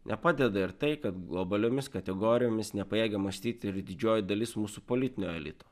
nepadeda ir tai kad globaliomis kategorijomis nepajėgia mąstyti ir didžioji dalis mūsų politinio elito